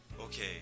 Okay